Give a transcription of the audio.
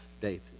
David